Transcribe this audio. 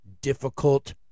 difficult